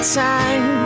time